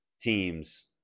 teams